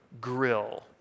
grill